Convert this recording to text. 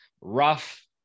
rough